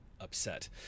upset